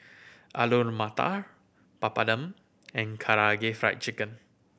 Alu Matar Papadum and Karaage Fried Chicken